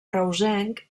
reusenc